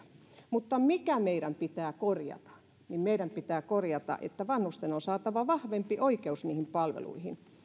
mutta mikä meidän pitää korjata niin meidän pitää korjata se että vanhusten on saatava vahvempi oikeus niihin palveluihin